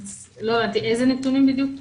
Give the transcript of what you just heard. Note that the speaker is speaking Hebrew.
איזה נתונים בדיוק?